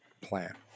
plan